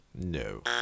No